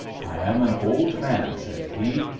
i am an old man, said he,